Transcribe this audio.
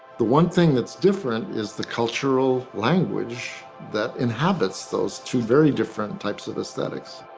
the one thing that's different is the cultural language that inhabits those two very different types of aesthetics.